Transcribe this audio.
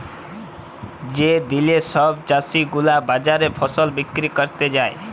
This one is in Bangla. যে দিলে সব চাষী গুলা বাজারে ফসল বিক্রি ক্যরতে যায়